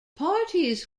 parties